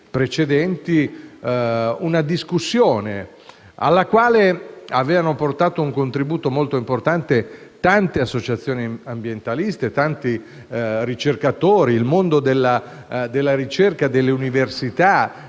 precedenti, una discussione alla quale avevano apportato un contributo molto importante tante associazioni ambientaliste e tanti esponenti del mondo della ricerca e delle università,